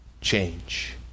change